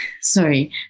sorry